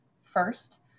first